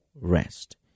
rest